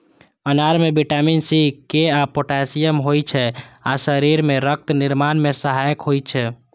अनार मे vitamin C, K आ पोटेशियम होइ छै आ शरीर मे रक्त निर्माण मे सहायक होइ छै